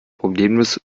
problemlos